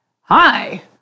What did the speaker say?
hi